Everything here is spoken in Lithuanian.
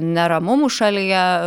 neramumų šalyje